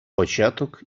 початок